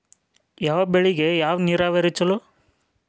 ಯಾವ ಬೆಳಿಗೆ ಯಾವ ನೇರಾವರಿ ಛಲೋ?